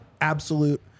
Absolute